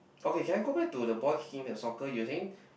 okay can I go back to the boy kicking the soccer using